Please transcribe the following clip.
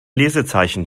lesezeichen